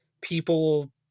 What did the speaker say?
people